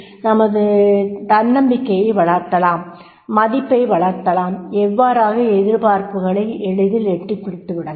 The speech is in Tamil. தனது நம்பிக்கையை வளர்த்தலாம் மதிப்பை வளர்த்தலாம் அவ்வாறாக எதிர்பார்ப்புகளை எளிதில் எட்டிப் பிடித்துவிடலாம்